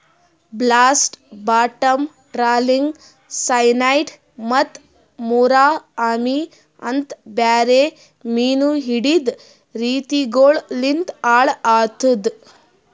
blast, bottom trawling, cyanide ಮತ್ತ ಮುರೋ ಅಮಿ ಅಂತ್ ಬೇರೆ ಮೀನು ಹಿಡೆದ್ ರೀತಿಗೊಳು ಲಿಂತ್ ಹಾಳ್ ಆತುದ್